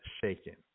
shaken